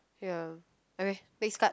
ya okay next card